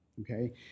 okay